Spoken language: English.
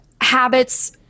habits